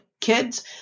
kids